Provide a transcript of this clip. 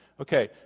Okay